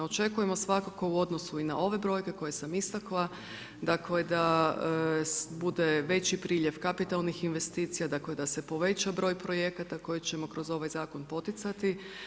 Očekujemo svakako i u odnosu na ove brojke koje sam istakla, dakle, da bude veći priljev kapitalnih investicija, dakle, da se poveća broj projekata, koje ćemo kroz ovaj zakon poticati.